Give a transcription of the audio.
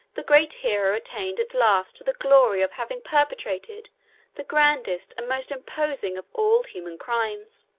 the great hero attained at last to the glory of having perpetrated the grandest and most imposing of all human crimes.